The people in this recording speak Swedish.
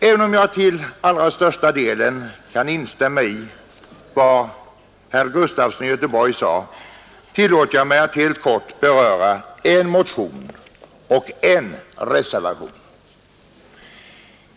Även om jag till allra största delen kan instämma i vad herr Gustafson i Göteborg sade, tillåter jag mig att helt kort beröra en motion och en reservation.